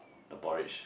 the porridge